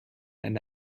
eine